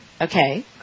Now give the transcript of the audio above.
Okay